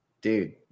dude